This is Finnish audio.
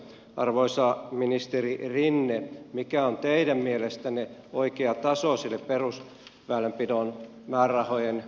arvoisa ministeri rinne mikä on teidän mielestänne oikea taso perusväylänpidon määrärahojen korjaukseksi